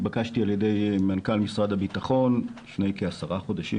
התבקשתי על ידי מנכ"ל משרד הביטחון לפני כעשרה חודשים